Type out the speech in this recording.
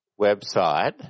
website